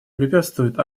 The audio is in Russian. препятствует